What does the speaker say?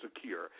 secure